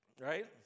Right